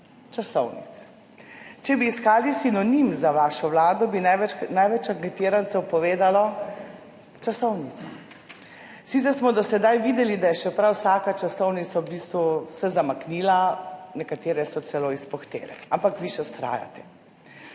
časovnic. Če bi iskali sinonim za vašo vlado, bi največ anketirancev povedalo: časovnica. Sicer smo do sedaj videli, da se je še prav vsaka časovnica v bistvu zamaknila, nekatere so celo izpuhtele. Ampak vi še vztrajate.